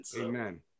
Amen